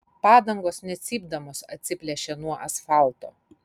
padangos net cypdamos atsiplėšė nuo asfalto